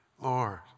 Lord